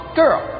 girl